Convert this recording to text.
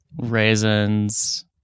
raisins